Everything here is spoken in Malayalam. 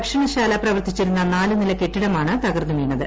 ഭക്ഷണശാല പ്രവർത്തിച്ചിരുന്ന നാല് നില കെട്ടിടമാണ് തകർന്ന് വീണത്